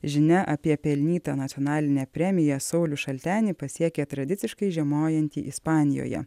žinia apie pelnytą nacionalinę premiją saulių šaltenį pasiekė tradiciškai žiemojantį ispanijoje